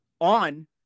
on